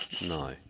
No